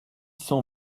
cent